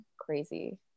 crazy